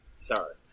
Sorry